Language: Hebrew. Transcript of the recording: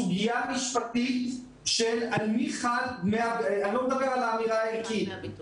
אני לא מדבר על האמירה הערכית,